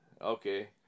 Okay